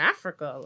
Africa